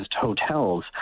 hotels